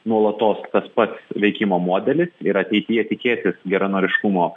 nuolatos tas pats veikimo modelis ir ateityje tikėtis geranoriškumo